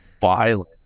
violent